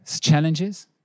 challenges